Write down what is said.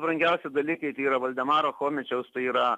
brangiausi dalykai tai yra valdemaro chomičiaus tai yra